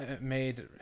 made